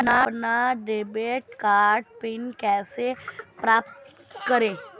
अपना debit card PIN कैसे प्राप्त करें?